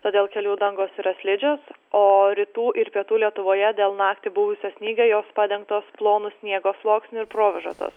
todėl kelių dangos yra slidžios o rytų ir pietų lietuvoje dėl naktį buvusio snygio jos padengtos plonu sniego sluoksniu ir provėžotos